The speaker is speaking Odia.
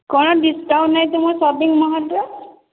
କଣ ଡ଼ିସକାଉଣ୍ଟ ନାହିଁ ତୁମ ସପିଙ୍ଗ ମଲ୍ରେ